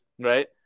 Right